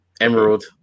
Emerald